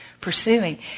pursuing